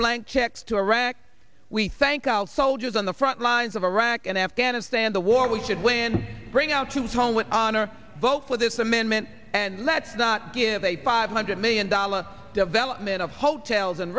blank checks to iraq we thank out soldiers on the front lines of iraq and afghanistan the war we should win bring out to tone with honor vote for this amendment and that's not give a five hundred million dollars development of hotels